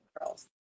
girls